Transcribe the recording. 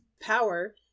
power